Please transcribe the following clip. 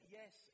yes